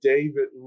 David